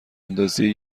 اندازی